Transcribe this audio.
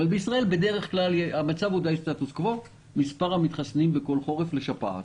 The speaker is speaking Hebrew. בישראל בדרך כלל יש סטטוס קוו של מספר המתחסנים בכל חורף לשפעת.